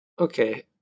Okay